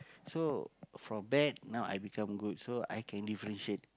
so from bad now I become good so I can differentiate